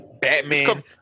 Batman